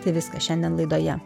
tai viskas šiandien laidoje